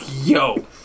yo